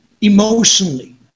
emotionally